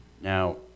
Now